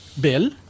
Bill